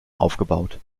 aufgebaut